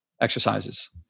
exercises